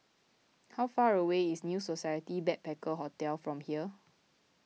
how far away is New Society Backpacker Hotel from here